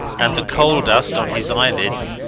and the coal dust on his eyelids,